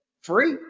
free